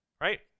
right